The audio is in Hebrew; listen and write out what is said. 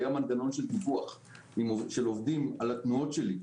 היה מנגנון של דיווח של עובדים על התנועות שלי.